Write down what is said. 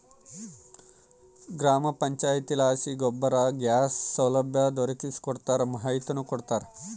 ಗ್ರಾಮ ಪಂಚಾಯಿತಿಲಾಸಿ ಗೋಬರ್ ಗ್ಯಾಸ್ ಸೌಲಭ್ಯ ದೊರಕಿಸಿಕೊಡ್ತಾರ ಮಾಹಿತಿನೂ ಕೊಡ್ತಾರ